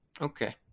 Okay